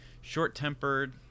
short-tempered